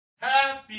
Happy